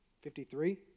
Fifty-three